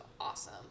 awesome